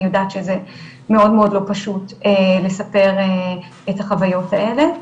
אני יודעת שזה מאוד מאוד לא פשוט לספר את החוויות האלה.